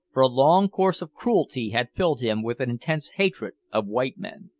for a long course of cruelty had filled him with an intense hatred of white men.